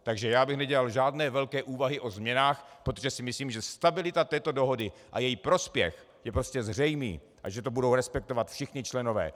Takže bych nedělal žádné velké úvahy o změnách, protože si myslím, že stabilita této dohody a její prospěch je prostě zřejmý a že to budou respektovat všichni členové.